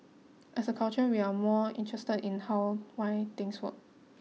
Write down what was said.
as a culture we are more interested in how why things were